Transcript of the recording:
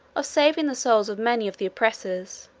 of saving the souls of many of the oppressors